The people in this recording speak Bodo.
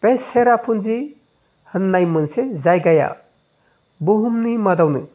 बे सेरिपुन्जि होननाय मोनसे जायगाया बुहुमनि मादावनो